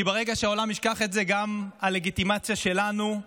כי ברגע שהעולם ישכח את זה, גם הלגיטימציה שלנו,